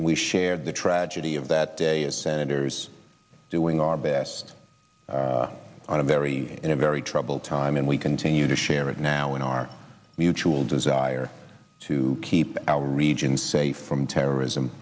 we share the tragedy of that day as senators are doing our best on a very in a very troubled time and we continue to share it now in our mutual desire to keep our region safe from terrorism